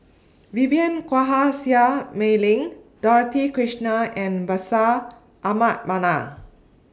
Vivien Quahe Seah Mei Lin Dorothy Krishnan and Bashir Ahmad Mallal